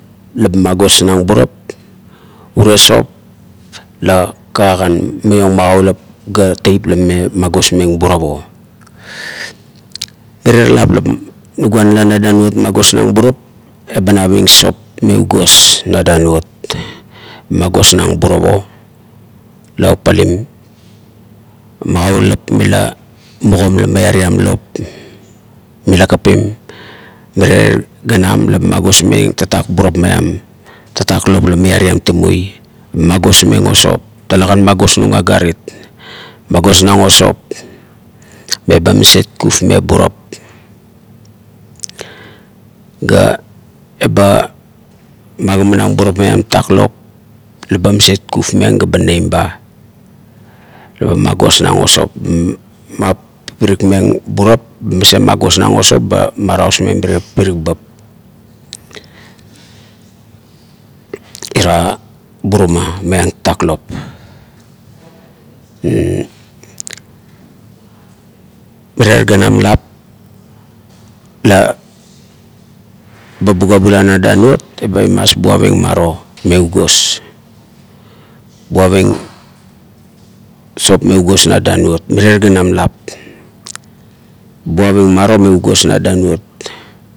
La ba magosmeng burap urie sop la kagagan maiong magaulap ga teip la mama magosmeng burap o. M irie lop la nugua nala na danuot magosnang burap, eba naving sop me ugos na danuot ba magosnang burap opapalim. Magaulap mila mugam la miaram lop mila kapim mirie ganam la ba magosmeng tatak burup maiam tatak lopla miaviam temoi ba me gosmeng o sop. talakan magosmeng agarit magosnang o sop me ba mariet kufmeng burap ga eba migimanang burap maiam tatak lop laba maset kufkufmeng ga neim ba la ba magosmeng o sop. Laba mapipirikmeng burap. maset magosnang o sop me ba mrausieng mirie pipirik bap ira buruma maiang tataklop mirie ganan lap la ba bugua bula na danuot eba imas buaving maro me ugos, buaving sop me ugos na danuot mirie ganam lap buaving maro me ugos na danuot.